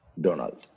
Donald